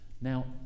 now